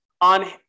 on